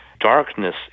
darkness